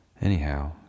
Anyhow